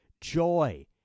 joy